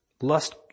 lust